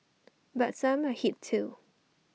but some are hit too